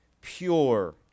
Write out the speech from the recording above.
pure